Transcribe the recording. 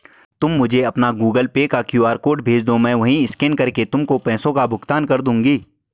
तुम मुझे अपना गूगल पे का क्यू.आर कोड भेजदो, मैं वहीं स्कैन करके तुमको पैसों का भुगतान कर दूंगी